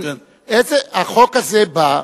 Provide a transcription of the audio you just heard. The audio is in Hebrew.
החוק הזה בא,